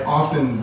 often